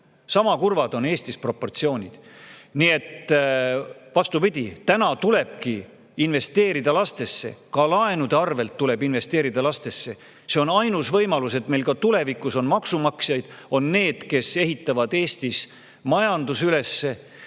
Sama kurvad on Eestis proportsioonid. Nii et vastupidi, täna tulebki investeerida lastesse, ka laenude arvelt tuleb investeerida lastesse. See on ainus võimalus, et meil ka tulevikus on maksumaksjaid, on neid, kes ehitavad Eestis majanduse üles,